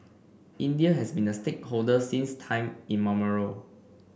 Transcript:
India has been a stakeholder since time immemorial